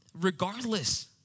regardless